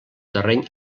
terreny